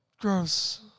Gross